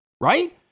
Right